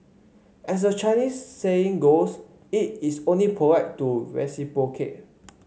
as the Chinese saying goes it is only polite to reciprocate